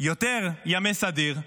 יותר ימי סדיר,